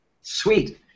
Sweet